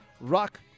rock